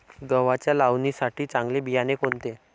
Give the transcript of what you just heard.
गव्हाच्या लावणीसाठी चांगले बियाणे कोणते?